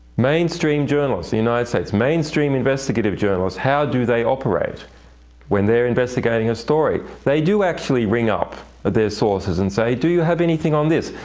mainstream journalists in the united states, mainstream investigative journalists, how do they operate when they're investigating a story? they do actually ring up their sources and say, do you have anything on this?